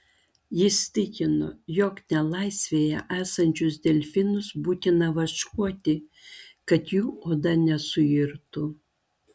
jis tikino jog nelaisvėje esančius delfinus būtina vaškuoti kad jų oda nesuirtų